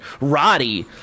Roddy